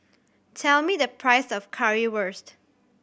tell me the price of Currywurst